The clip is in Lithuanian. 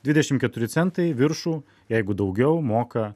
dvidešim keturi centai viršų jeigu daugiau moka